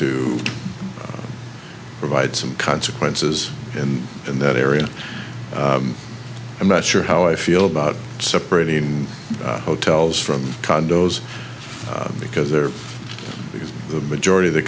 to provide some consequences and in that area i'm not sure how i feel about separating hotels from condos because there is the majority of the